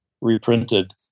reprinted